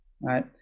right